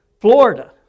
Florida